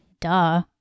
Duh